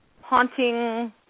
haunting